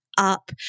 Up